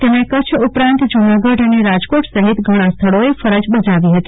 તેમણે કચ્છ ઉપરાંત જ્ઠનાગઢ અને રાજકોટ સહિત ઘણા સ્થળોએ ફરજ બજાવી હતી